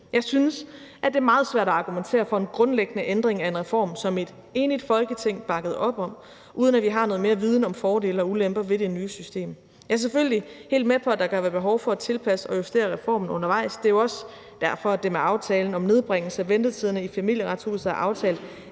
Jeg synes, at det er meget svært at argumentere for en grundlæggende ændring af en reform, som et enigt Folketing bakkede op om, uden at vi har noget mere viden om fordele og ulemper ved det nye system. Jeg er selvfølgelig helt med på, at der kan være behov for at tilpasse og justere reformen undervejs. Det er jo også derfor, at der med aftalen om nedbringelse af ventetiderne i Familieretshuset er aftalt,